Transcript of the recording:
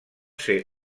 ser